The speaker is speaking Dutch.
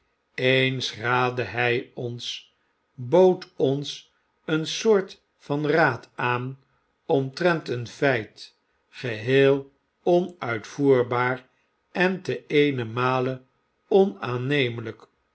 eens raadde hij ons bood ons een soort van raad aan omtrent een feit geheel onuitvoerbaar en te eenenmale onaannemelijk